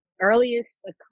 earliest